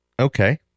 Okay